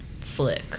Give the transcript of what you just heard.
slick